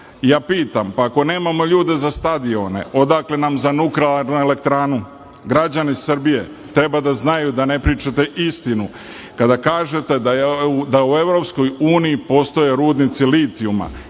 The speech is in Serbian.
Ja pitam – pa ako nemamo ljude za stadione, odakle nam za nuklearnu elektranu? Građani Srbije treba da znaju da ne pričate istinu kada kažete da u Evropskoj uniji postoje rudnici litijuma.